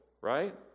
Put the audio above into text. right